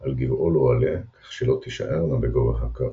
על גבעול או עלה, כך שלא תישארנה בגובה הקרקע.